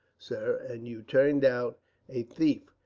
sir, and you turned out a thief,